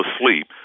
asleep